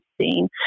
seen